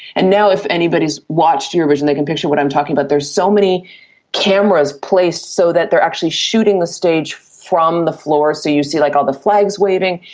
and now if anybody has watched eurovision they can picture what i'm talking about, there are so many cameras placed so that they are actually shooting the stage from the floor, so you see like all the flags waving,